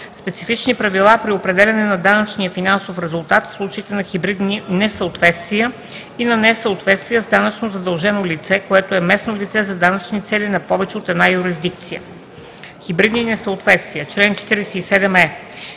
Специфични правила при определяне на данъчния финансов резултат в случаите на хибридни несъответствия и на несъответствия с данъчно задължено лице, което е местно лице за данъчни цели на повече от една юрисдикция Хибридни несъответствия Чл. 47е.